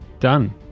Done